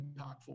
impactful